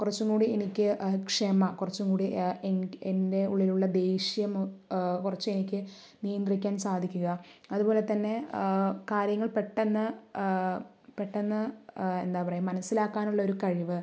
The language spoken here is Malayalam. കുറച്ചും കൂടി എനിക്ക് ക്ഷമ കുറച്ചും കൂടി എൻ്റെ ഉള്ളിലുള്ള ദേഷ്യം കുറച്ച് എനിക്ക് നിയന്ത്രിക്കാൻ സാധിക്കുക അതുപോലെത്തന്നെ കാര്യങ്ങൾ പെട്ടെന്ന് പെട്ടന്ന് എന്താ പറയുക മനസിലാക്കാനുള്ള ഒരു കഴിവ്